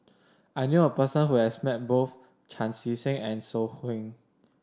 I knew a person who has met both Chan Chee Seng and So Heng